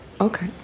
okay